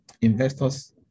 investors